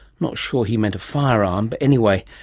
not sure he meant a firearm, but anyway,